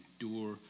endure